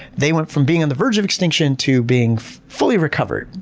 they went from being on the verge of extinction to being fully recovered.